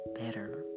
better